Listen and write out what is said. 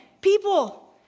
People